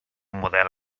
model